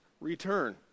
return